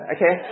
Okay